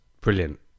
brilliant